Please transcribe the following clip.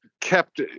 kept